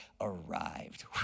arrived